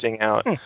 out